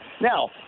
Now